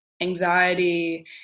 anxiety